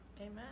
Amen